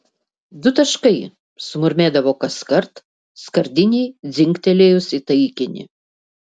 du taškai sumurmėdavo kaskart skardinei dzingtelėjus į taikinį